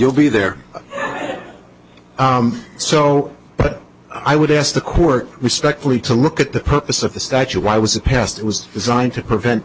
you'll be there so but i would ask the court respectfully to look at the purpose of the statue why was it passed it was designed to prevent